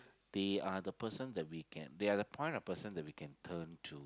they are the person that we can they are point of person that we can turn to